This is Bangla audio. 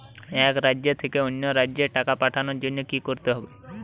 এক রাজ্য থেকে অন্য রাজ্যে টাকা পাঠানোর জন্য কী করতে হবে?